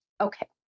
Okay